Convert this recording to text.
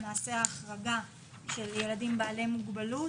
למעשה ההחרגה של ילדים בעלי מוגבלות.